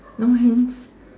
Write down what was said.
no hints